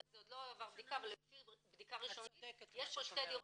זה עוד לא עבר בדיקה אבל לפי בדיקה ראשונית יש פה שתי דירות,